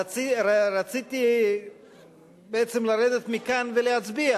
רציתי בעצם לרדת מכאן ולהצביע,